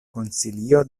konsilio